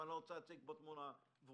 אני לא רוצה להציג פה תמונה ורודה,